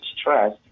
stress